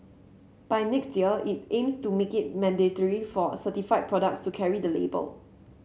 by next year it aims to make it mandatory for certified products to carry the label